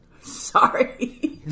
Sorry